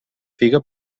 figa